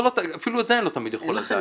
אפילו את זה אני לא תמיד יכול לדעת.